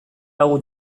hau